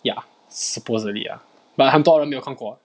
ya supposedly ah but 很多人没有看过